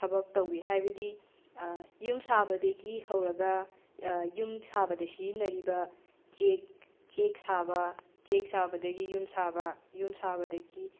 ꯊꯕꯛ ꯇꯧꯋꯤ ꯍꯥꯏꯕꯗꯤ ꯌꯨꯝ ꯁꯥꯕꯗꯒꯤ ꯍꯧꯔꯒ ꯌꯨꯝ ꯁꯥꯕꯗ ꯁꯤꯖꯤꯟꯅꯔꯤꯕ ꯆꯦꯛ ꯆꯦꯛ ꯁꯥꯕ ꯆꯦꯛ ꯁꯥꯕꯗꯒꯤ ꯌꯨꯝ ꯁꯥꯕ ꯌꯨꯝ ꯁꯥꯕꯗꯒꯤ